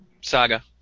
Saga